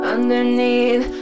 Underneath